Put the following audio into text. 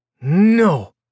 no